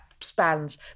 spans